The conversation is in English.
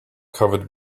covered